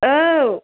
औ